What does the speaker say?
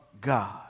God